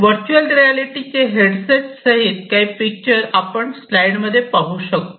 virtual रियालिटीचे headset सहित काही पिक्चर आपण स्लाइडमध्ये पाहू शकतो